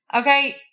Okay